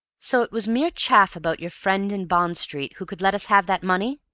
so it was mere chaff about your friend in bond street, who could let us have that money?